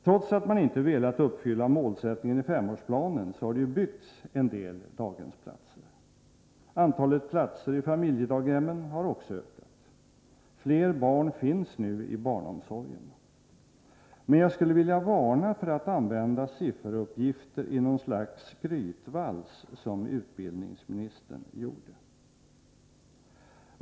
Trots att man inte har velat uppfylla målsättningen i femårsplanen, så har det byggts en del daghemsplatser. Antalet platser i familjedaghemmen har också ökat. Fler barn finns nu i barnomsorgen. Men jag skulle vilja varna för att använda sifferuppgifter i något slags skrytvals, som utbildningsministern gjorde.